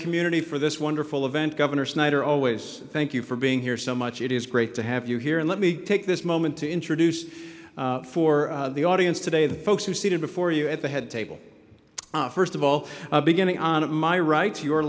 community for this wonderful event governor snyder always thank you for being here so much it is great to have you here and let me take this moment to introduce for the audience today the folks who are seated before you at the head table first of all beginning on my right to your